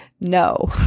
No